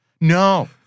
No